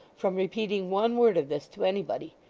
from repeating one word of this to anybody,